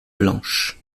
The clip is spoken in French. blanches